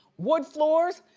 wood floors?